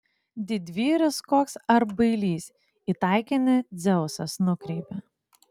didvyris koks ar bailys į taikinį dzeusas nukreipia